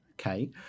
Okay